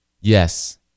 Yes